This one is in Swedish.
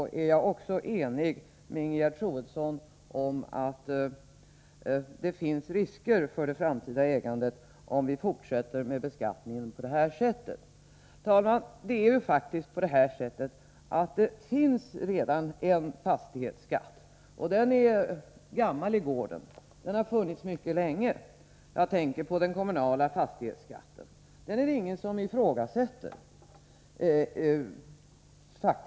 Men jag är enig med Ingegerd Troedsson om att det finns risker för det framtida ägandet om vi fortsätter skattepolitiken på det här sättet. Herr talman! Det finns faktiskt redan en fastighetsskatt, och den är gammal i gården — den har funnits mycket länge. Jag tänker på den kommunala fastighetsskatten. Såvitt jag vet är det ingen som ifrågasätter den.